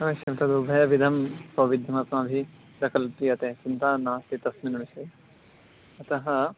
अवश्यं तद् उभयविधं सौविद्ध्यमस्माभिः प्रकल्प्यते चिन्ता नास्ति तस्मिन् विषये अतः